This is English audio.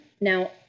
Now